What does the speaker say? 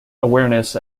awareness